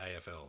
AFL